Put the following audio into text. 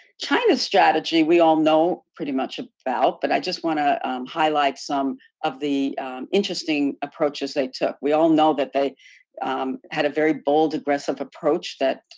china's strategy we all know pretty much about, but i just want to highlight some of the interesting approaches they took. we all know that they had a very bold, aggressive approach that